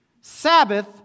Sabbath